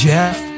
Jeff